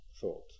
thought